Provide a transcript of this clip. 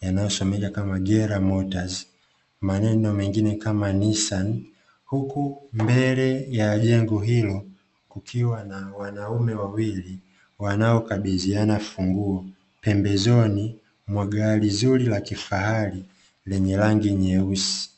yanayosomeka kama "GERA MOTORS", maneno mengine kama "NISSAN' huku mbele ya jengo hilo kukiwa na wanaume wawili wanaokabidhiana funguo, pembezoni mwa gari zuri la kifahari lenye rangi nyeusi.